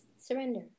surrender